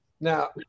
Now